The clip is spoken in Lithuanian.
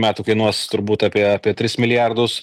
metų kainuos turbūt apie apie tris milijardus